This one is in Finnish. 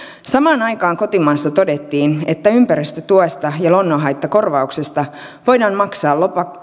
samaan aikaan kotimaassa todettiin että ympäristötuesta ja luonnonhaittakorvauksista voidaan maksaa